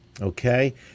Okay